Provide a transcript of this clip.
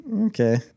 Okay